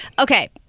okay